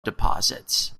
deposits